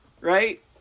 right